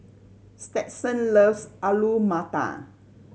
Stetson loves Alu Matar